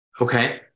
okay